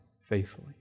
faithfully